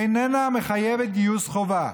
אינם מחייבים גיוס חובה.